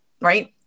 Right